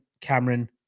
Cameron